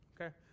Okay